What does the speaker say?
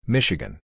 Michigan